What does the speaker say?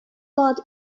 got